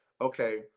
okay